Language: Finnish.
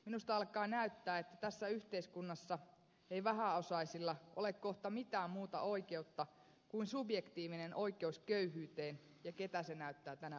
minusta alkaa näyttää että tässä yhteiskunnassa ei vähäosaisilla ole kohta mitään muuta oikeutta kuin subjektiivinen oikeus köyhyyteen ja ketä se näyttää tänä päivänä kiinnostavan